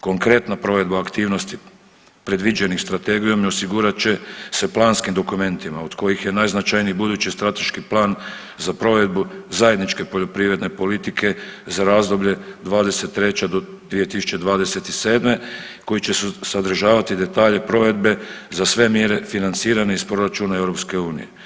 Konkretna provedba aktivnosti predviđenih strategijom osigurat će se planskim dokumentima od kojih je najznačajnije budući strateški plan za provedbu zajedničke poljoprivredne politike za razdoblje 2023.-2027.koji će sadržavati detalje provedbe za sve mjere financirane iz proračuna EU.